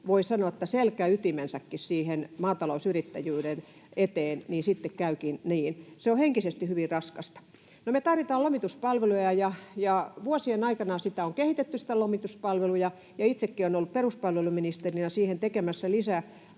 voi sanoa, selkäytimensäkin sen maatalousyrittäjyyden eteen, ja sitten käykin niin. Se on henkisesti hyvin raskasta. No, me tarvitaan lomituspalveluja, ja vuosien aikana on kehitetty lomituspalveluja, ja itsekin olen ollut peruspalveluministerinä siihen tekemässä lisää